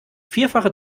vierfache